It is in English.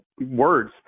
words